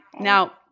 Now